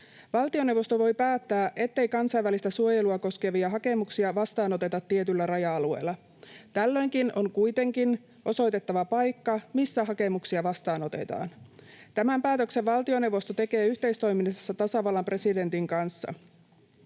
Valtioneuvosto voi päättää, ettei kansainvälistä suojelua koskevia hakemuksia vastaanoteta tietyillä raja-alueilla. Tällöinkin on kuitenkin osoitettava paikka, missä hakemuksia vastaanotetaan. Tämän päätöksen valtioneuvosto tekee yhteistoiminnassa tasavallan presidentin kanssa.